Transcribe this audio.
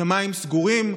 השמיים סגורים.